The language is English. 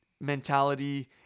mentality